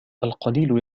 القليل